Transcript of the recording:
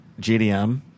gdm